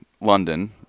London